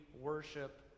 worship